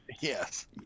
Yes